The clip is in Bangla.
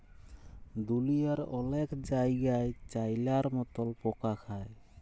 দুঁলিয়ার অলেক জায়গাই চাইলার মতল পকা খায়